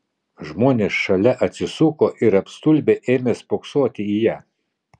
žmonės šalia atsisuko ir apstulbę ėmė spoksoti į ją